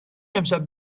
امشب